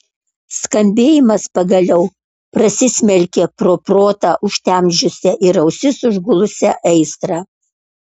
skambėjimas pagaliau prasismelkė pro protą užtemdžiusią ir ausis užgulusią aistrą